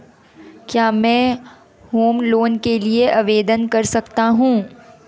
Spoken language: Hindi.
क्या मैं होम लोंन के लिए आवेदन कर सकता हूं?